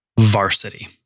Varsity